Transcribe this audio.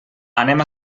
anem